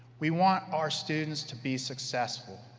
we want our students to be successful,